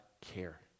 care